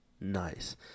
Nice